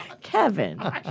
Kevin